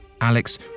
Alex